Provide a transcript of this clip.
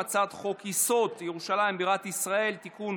הצעת חוק-יסוד: ירושלים בירת ישראל (תיקון,